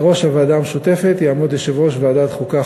בראש הוועדה המשותפת יעמוד יושב-ראש ועדת החוקה,